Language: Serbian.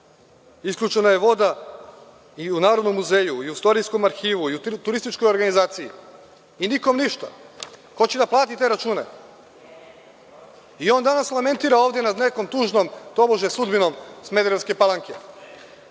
Isključena je voda i u Narodnom muzeju, i u Istorijskom arhivu, i u turističkoj organizaciji i nikome ništa. Ko će da plati te račune?I, on danas lementira ovde nad nekom tužnom tobože sudbinom Smederevske Palanke.